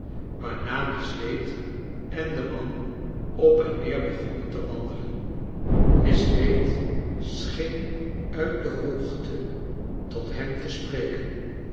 waarna miss wade en de man op en neer begonnen te wandelen miss wade scheen uit de hoogte tot hem te spreken